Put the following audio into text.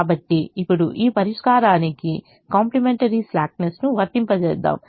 కాబట్టి ఇప్పుడు ఈ పరిష్కారానికి కాంప్లిమెంటరీ స్లాక్నెస్ను వర్తింపజేద్దాం